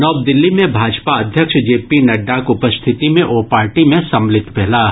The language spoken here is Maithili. नव दिल्ली मे भाजपा अध्यक्ष जे पी नड्डाक उपस्थिति मे ओ पार्टी में सम्मिलित भेलाह